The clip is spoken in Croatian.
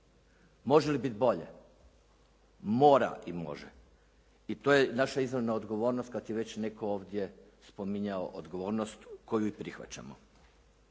Može li biti bolje? Mora i može i to je naša izravna odgovornost kad je već netko ovdje spominjao odgovornost koju i prihvaćamo.